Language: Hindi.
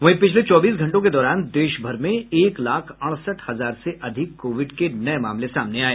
वहीं पिछले चौबीस घंटों के दौरान देश भर में एक लाख अड़सठ हजार से अधिक कोविड के नये मामले सामने आये